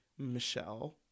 Michelle